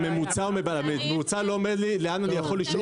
כי הממוצע לא אומר לי לאן אני יכול לשאוף.